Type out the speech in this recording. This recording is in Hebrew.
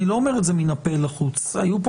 ואני לא אומר את זה מין הפה אל החוץ היו פה